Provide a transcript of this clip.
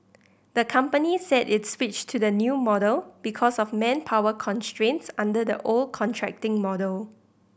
the company said it switched to the new model because of manpower constraints under the old contracting model